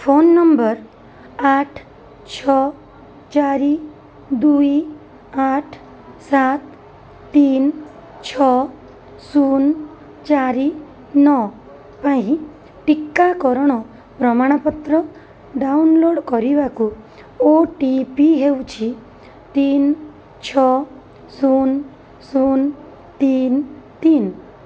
phone ନମ୍ବର ଆଠ ଛଅ ଚାରି ଦୁଇ ଆଠ ସାତ ତିନି ଛଅ ଶୂନ ଚାରି ନଅ ପାଇଁ ଟିକାକରଣ ପ୍ରମାଣପତ୍ର ଡାଉନଲୋଡ଼୍ କରିବାକୁ ଓ ଟି ପି ହେଉଛି ତିନି ଛଅ ଶୂନ ଶୂନ ତିନି